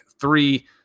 three